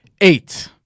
Eight